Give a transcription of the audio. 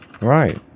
Right